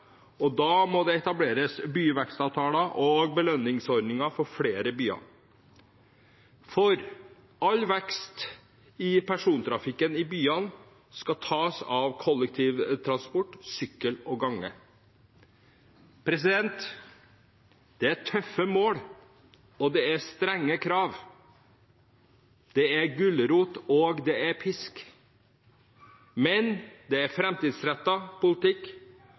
og da må det etableres byvekstavtaler og belønningsordninger for flere byer. For all vekst i persontrafikken i byene skal tas av kollektivtransport, sykkel og gange. Det er tøffe mål, og det er strenge krav, det er gulrot, og det er pisk, men det er framtidsrettet politikk,